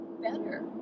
better